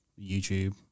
YouTube